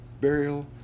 burial